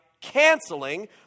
canceling